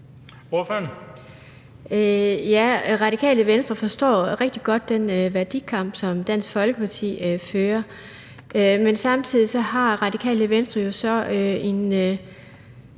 (RV): Ja, Radikale Venstre forstår rigtig godt den værdikamp, som Dansk Folkeparti fører, men samtidig har Radikale Venstre jo så en